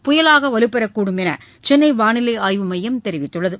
புயலாக வலுப்பெறகூடும் என சென்னை வானிலை ஆய்வு மையம் தெரிவித்துள்ளது